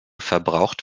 verbraucht